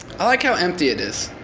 i like how empty it is.